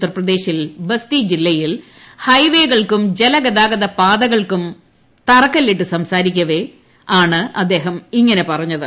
ഉത്തർപ്രദേശിൽ ബസ്തി ജില്ലയിൽ ഹൈവേകൾക്കും ജലഗതാർത്ത പാതകൾക്കും തറക്കല്ലിട്ട് സംസാരിക്കുവേയാണ് അദ്ദേഹം ഇങ്ങനെ പറഞ്ഞത്